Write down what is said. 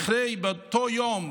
באותו יום,